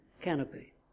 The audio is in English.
canopy